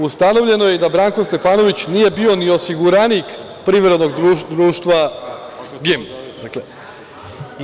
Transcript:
Ustanovljeno je i da Branko Stefanović nije bio ni osiguranik Privrednog društva GIN.